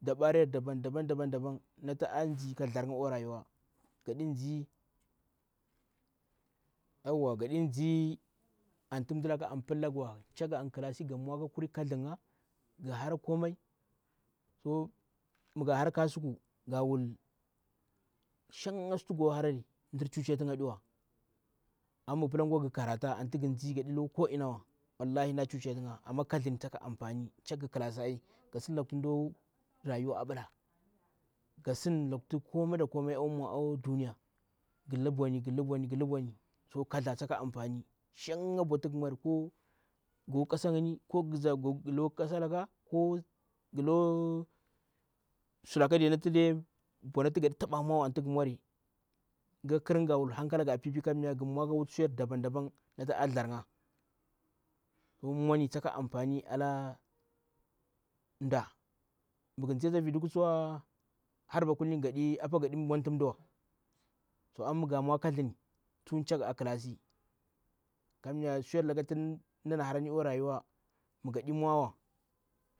Dabana natu a yuwa yere daban daban a thzdjar nga akwa rayuwa ngaɗi ndzi anti mjii yaula ka anpilla ghuwa. Gan mwa ka wuta ka chaa gha! Gahara komari, gahara kasuku, shanga sutu go harari mɗir chuche ti nga ɗiwa, ama mmi ghu pla gwa ngi karata anti. Ngi ndzi gaɗi loko innawa wallahi mda chuche tunga amma mdacuche tu nga amma katlhdlai taka anfani chaghi kklasig rayuwa ampahni. Gasin nda laka mda wutari gasin lakutu komai da koma apld. Nghili bwani nghali bwani to kathdla taka amfani shan bwatu ghimori ko go kasan gni go ngn lo kasa da mwa. Ngilooa sulaka da kwa bwatu gaɗi ta bwa, mwawa ghu ka khirnga ga wua hankalaga a pipi kammya ghu mwa ka wuti su daban na a tdjir nga. So mwani taka anfani ala mda mmighu ndzeta vi duku tsuwa harba kulini apa gani gadi gadi mwantu mdawa. To amma migha mwa katthdzli tsu caha a klasi kammya suyar laka tu mdana harani akwa rayuwa. Mmi ghaɗi mwawa